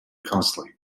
costly